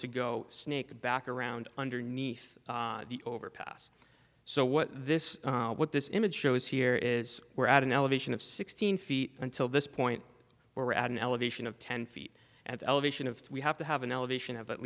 to go sneak back around underneath the overpass so what this what this image shows here is we're at an elevation of sixteen feet until this point we're at an elevation of ten feet at elevation of we have to have an elevation of at